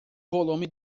volume